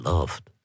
Loved